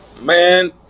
Man